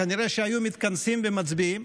כנראה שהיו מתכנסים ומצביעים.